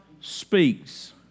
speaks